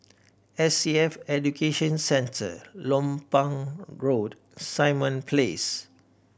S A F Education Centre Lompang Road Simon Place